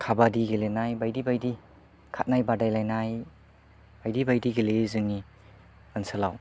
खाबादि गेलेनाय बायदि बायदि खारनाय बादायलायनाय बायदि बायदि गेलेयो जोंनि ओनसोलाव